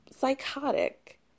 psychotic